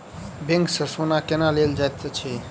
bank सँ सोना केना लेल जाइत अछि